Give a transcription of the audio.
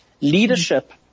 Leadership